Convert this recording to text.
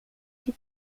que